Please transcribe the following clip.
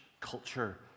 culture